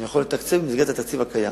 אני יכול לתקצב במסגרת התקציב הקיים.